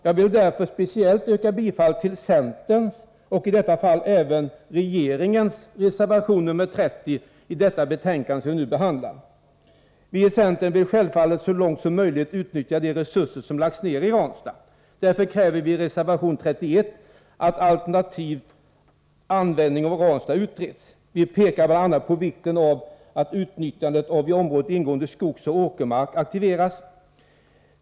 Jag vill därför speciellt yrka bifall till centerns — och regeringens skulle man kunna säga — reservation nr 30 i det betänkande som vi nu behandlar. Vi i centern vill självfallet så långt som möjligt utnyttja de resurser som lagts ned i Ranstad. Därför kräver vi i reservation 31 att frågan om alternativ användning av Ranstad utreds. Vi pekar bl.a. på vikten av att utnyttjandet av i området ingående skogsoch åkermark aktiveras.